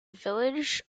village